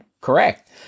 correct